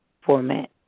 format